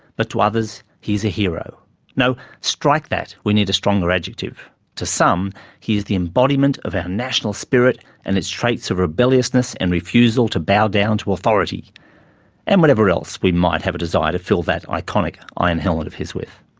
but to others he is a hero no strike that, we need a stronger adjective to some he is the embodiment of our national spirit and its traits of rebelliousness and refusal to bow down to authority and whatever else we might have a desire to fill that iconic iron helmet of his with.